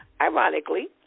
ironically